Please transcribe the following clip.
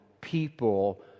people